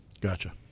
Gotcha